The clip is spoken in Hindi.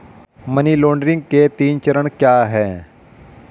मनी लॉन्ड्रिंग के तीन चरण क्या हैं?